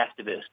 activists